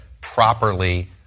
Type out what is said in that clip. properly